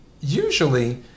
usually